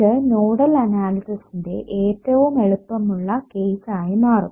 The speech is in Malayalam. ഇത് നോഡൽ അനാലിസിസിന്റെ ഏറ്റവും എളുപ്പമുള്ള കേസ് ആയി മാറും